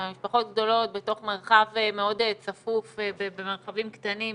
אבל משפחות גדולות בתוך מרחב מאוד צפוף במרחבים קטנים,